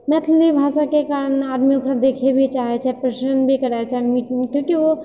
मैथिली भाषाके कारण आदमी ओकरा देखे भी चाहैत छै पसन्न भी करैत छै किआकि ओ